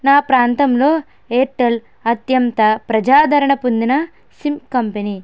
నా ప్రాంతంలో ఎయిర్టెల్ అత్యంత ప్రజాదరణ పొందిన సిమ్ కంపెనీ